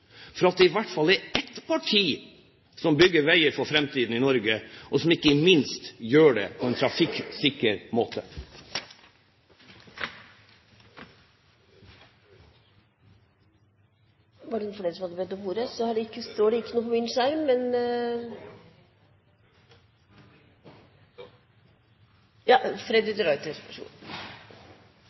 for at det i hvert fall er ett parti som bygger veier for fremtiden i Norge, og som ikke minst gjør det på en trafikksikker måte. I stedet for å glede seg over at det blir bevilget og brukt penger på samferdselssektoren som aldri før, og satt i gang massevis av nye prosjekter, så